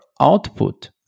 output